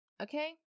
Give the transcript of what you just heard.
okay